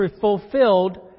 fulfilled